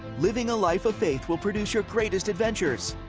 living a life of faith will produce your greatest adventures.